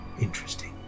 interesting